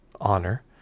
honor